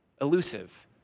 elusive